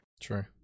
True